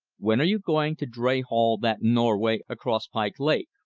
when you going to dray-haul that norway across pike lake?